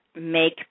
make